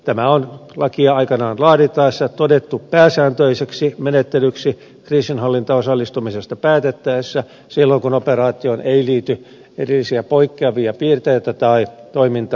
tämä on lakia aikanaan laadittaessa todettu pääsääntöiseksi menettelyksi kriisinhallintaan osallistumisesta päätettäessä silloin kun operaatioon ei liity erillisiä poikkeavia piirteitä tai toimintavaltuuksia